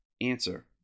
Answer